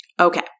Okay